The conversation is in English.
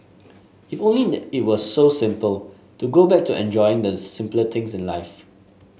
if only it were so simple to go back to enjoying the simpler things in life